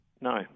No